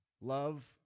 love